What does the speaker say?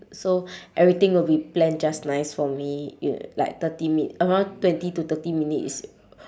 so everything will be plan just nice for me y~ like thirty mi~ around twenty to thirty minutes is